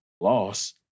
loss